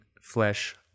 flesh